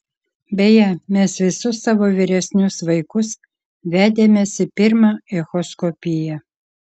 beje mes visus savo vyresnius vaikus vedėmės į pirmą echoskopiją